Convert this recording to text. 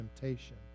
temptation